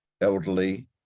elderly